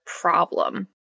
problem